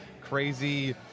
crazy